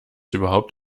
überhaupt